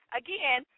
again